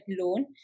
loan